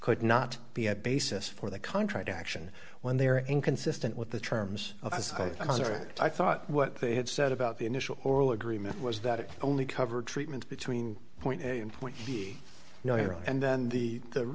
could not be a basis for the contract action when they are inconsistent with the terms of as i thought what they had said about the initial oral agreement was that it only covered treatment between point a and point b no and then the